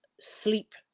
sleep